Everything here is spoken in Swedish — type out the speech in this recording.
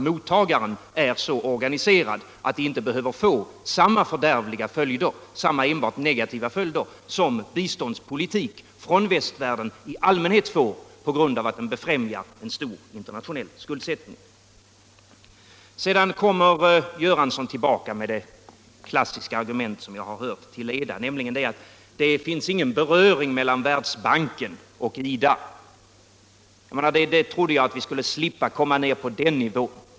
Mottagaren är så organiserad att biståndet inte kan få samma enbart negativa och fördärvliga följder som biståndspolitiken från västvärlden i allmänhet får genom att den befrämjar en stor internationell skuldsättning. Sedan kom herr Göransson tillbaka med det klassiska argument som jag har hört till leda, nämligen att det inte finns någon beröring mellan Världsbanken och IDA. Jag trodde att vi skulle slippa komma ned på den nivån.